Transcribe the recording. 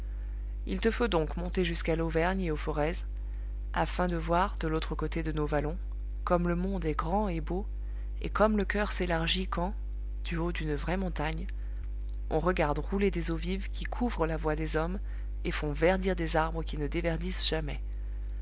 il te faut donc monter jusqu'à l'auvergne et au forez afin de voir de l'autre côté de nos vallons comme le monde est grand et beau et comme le coeur s'élargit quand du haut d'une vraie montagne on regarde rouler des eaux vives qui couvrent la voix des hommes et font verdir des arbres qui ne déverdissent jamais